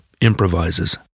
improvises